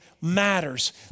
matters